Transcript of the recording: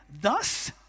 thus